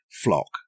flock